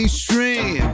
stream